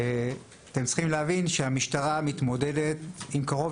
אתם צריכים להבין שהמשטרה מתמודדת עם קרוב